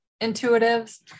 intuitives